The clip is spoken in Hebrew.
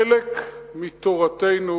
חלק מתורתנו